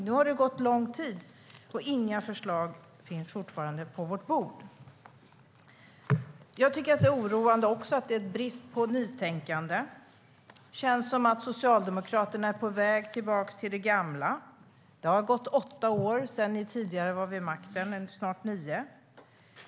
Nu har det gått lång tid, men fortfarande finns inga förslag på vårt bord. Jag tycker också att det är en oroande brist på nytänkande. Det känns som om Socialdemokraterna är på väg tillbaka till det gamla. Det har gått åtta, snart nio, år sedan ni var vid makten senast.